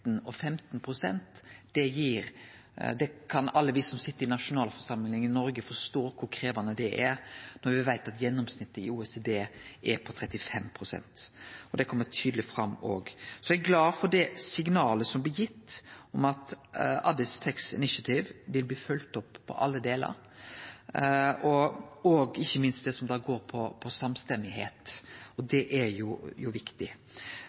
krevjande, når me veit at gjennomsnittet i OECD er på 35 pst. Det kjem òg tydeleg fram. Eg er glad for det signalet som blir gitt om at Addis Tax Initiative vil bli følgt opp på alle delar, ikkje minst det som går på